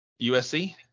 USC